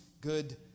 good